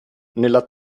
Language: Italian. nella